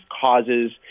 causes